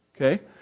Okay